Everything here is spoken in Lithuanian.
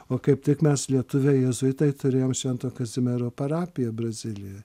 o kaip tik mes lietuviai jėzuitai turėjom švento kazimiero parapiją brazilijoj